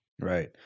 Right